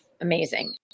amazing